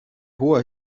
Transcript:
hoher